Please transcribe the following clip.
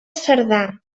cerdà